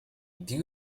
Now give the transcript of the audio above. due